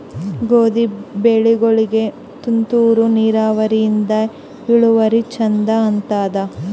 ಗೋಧಿ ಬೆಳಿಗೋಳಿಗಿ ತುಂತೂರು ನಿರಾವರಿಯಿಂದ ಇಳುವರಿ ಚಂದ ಆತ್ತಾದ?